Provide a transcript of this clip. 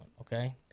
okay